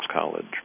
College